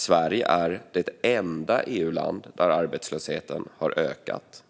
Sverige är det enda EU-land där arbetslösheten har ökat.